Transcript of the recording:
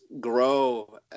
grow